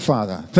Father